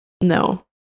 No